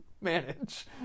manage